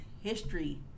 history